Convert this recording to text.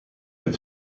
het